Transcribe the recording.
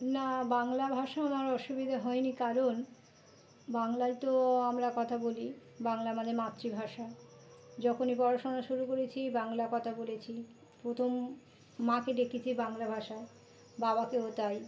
না বাংলা ভাষা আমার অসুবিধে হয়নি কারণ বাংলায় তো আমরা কথা বলি বাংলা মানে মাতৃভাষা যখনই পড়াশোনা শুরু করেছি বাংলা কথা বলেছি প্রথম মাকে ডেকেছি বাংলা ভাষায় বাবাকেও তাই